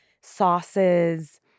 sauces